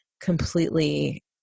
completely